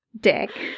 Dick